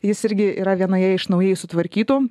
jis irgi yra vienoje iš naujai sutvarkytų